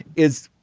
is.